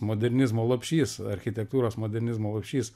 modernizmo lopšys architektūros modernizmo lopšys